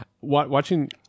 Watching